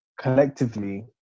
collectively